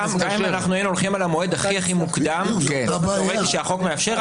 גם אם אנחנו היינו הולכים על המועד הכי הכי מוקדם שהחוק מאפשר,